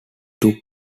took